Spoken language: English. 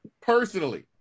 personally